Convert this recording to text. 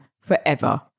forever